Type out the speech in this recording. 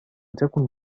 تكن